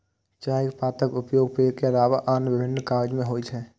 चायक पातक उपयोग पेय के अलावा आन विभिन्न काज मे होइ छै